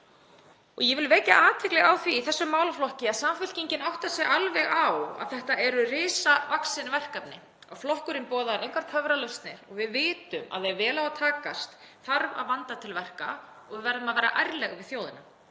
Ég vil vekja athygli á því í þessum málaflokki að Samfylkingin áttar sig alveg á að þetta eru risavaxin verkefni og flokkurinn boðar engar töfralausnir. Við vitum að ef vel á að takast þarf að vanda til verka og við verðum að vera ærleg við þjóðina.